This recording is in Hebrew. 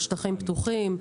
על שטחים פתוחים,